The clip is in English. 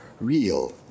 real